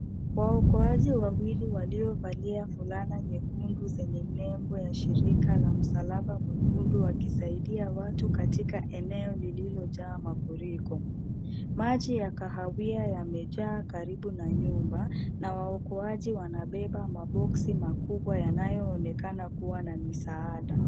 Waokoaji wawili waliovalia fulana nyekundu zenye nembo ya shirika la msalaba mwekundu wakisaidia watu katika eneo lililojaa mafuriko. Maji ya kahawia yamejaa karibu na nyumba, na waokoaji wanabeba box makubwa yanayoonekana kuwa na misaada.